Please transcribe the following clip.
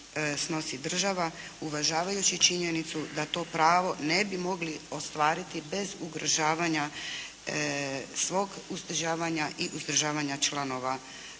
snosi država uvažavajući činjenicu da to pravo ne bi mogli ostvariti bez ugrožavanja svog uzdržavanja i uzdržavanja članova